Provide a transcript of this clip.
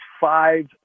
five